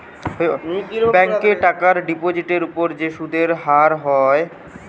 ব্যাংকে টাকার ডিপোজিটের উপর যে সুদের হার হয়